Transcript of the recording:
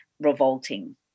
revolting